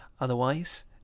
Otherwise